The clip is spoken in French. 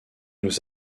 nous